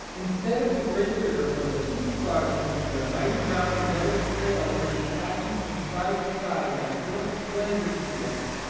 instead of the great river where the huge barges with their mighty brown and yellow sails went tacking from side to side like little pleasure-skiffs,